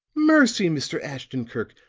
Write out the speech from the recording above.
mercy, mr. ashton-kirk.